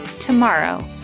tomorrow